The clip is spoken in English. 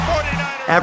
49ers